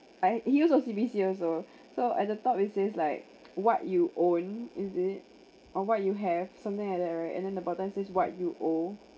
I he used O_C_B_C also so at the top it says like what you own is it or what you have something like that right and then the bottom says what you owe